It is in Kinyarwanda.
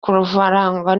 kumva